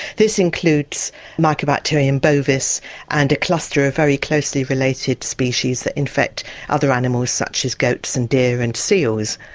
this includes mycobacterium bovis and a cluster of very closely related species that infect other animals such as goats and deer and seals.